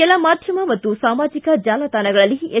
ಕೆಲ ಮಾಧ್ಯಮ ಮತ್ತು ಸಾಮಾಜಿಕ ಜಾಲತಾಣದಲ್ಲಿ ಎಸ್